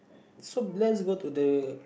so let's go to the